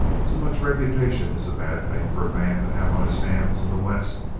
too much reputation is a bad thing for a man to have on his hands in the west.